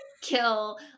kill